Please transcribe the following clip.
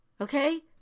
Okay